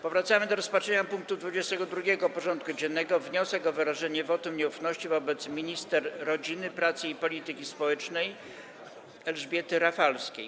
Powracamy do rozpatrzenia punktu 22. porządku dziennego: Wniosek o wyrażenie wotum nieufności wobec minister rodziny, pracy i polityki społecznej Elżbiety Rafalskiej.